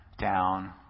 down